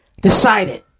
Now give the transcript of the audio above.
decided